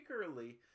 particularly